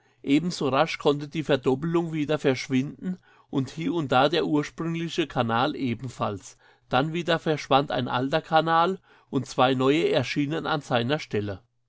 ebenso rasch konnte die verdoppelung wieder verschwinden und hie und da der ursprüngliche kanal ebenfalls dann wieder verschwand ein alter kanal und zwei neue erschienen an seiner stelle